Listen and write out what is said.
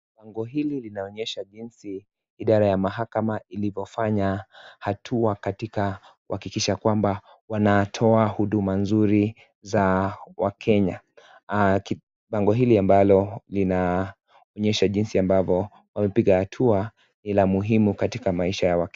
Bango hili linaonyesha jinsi idara ya mahakama ilivyo fanya hatua katika kuhakikisha kwamba wanatoa huduma nzuri za wakenya bango hili ambalo linaonyesha jinsi ambavyo wamepiga hatua ni la muhimu katika maisha ya wakenya.